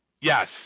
Yes